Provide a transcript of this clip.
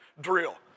drill